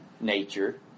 nature